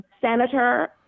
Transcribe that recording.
Senator